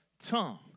tongue